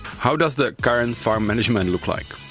how does the current farm management and look like?